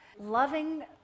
Loving